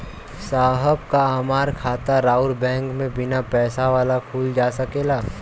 साहब का हमार खाता राऊर बैंक में बीना पैसा वाला खुल जा सकेला?